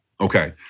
Okay